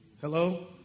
Hello